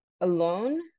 alone